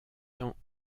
temps